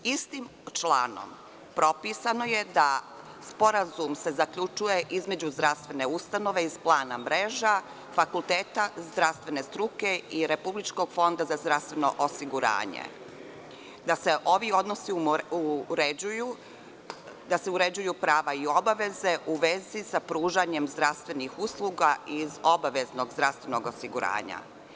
Istim članom propisano je da se sporazum zaključuje između zdravstvene ustanove iz plana mreža, fakulteta zdravstvene struke i RFZO, da se ovi odnosi uređuju, da se uređuju prava i obaveze u vezi sa pružanjem zdravstvenih usluga iz obaveznog zdravstvenog osiguranja.